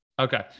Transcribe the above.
Okay